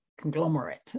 conglomerate